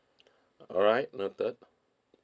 alright noted